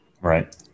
Right